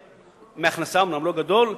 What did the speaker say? אומנם לא גדול,